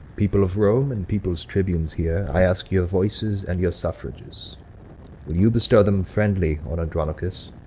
people of rome, and people's tribunes here, i ask your voices and your suffrages will ye bestow them friendly on andronicus?